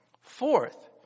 Fourth